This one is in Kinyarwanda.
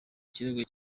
ikirego